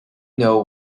know